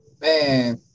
Man